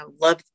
love